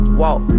walk